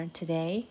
today